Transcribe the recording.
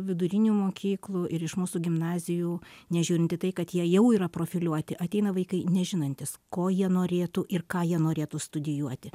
vidurinių mokyklų ir iš mūsų gimnazijų nežiūrint į tai kad jie jau yra profiliuoti ateina vaikai nežinantys ko jie norėtų ir ką jie norėtų studijuoti